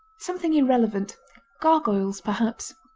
something irrelevant gargoyles, perhaps.